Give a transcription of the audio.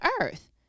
earth